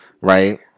right